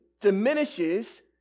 diminishes